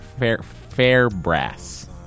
Fairbrass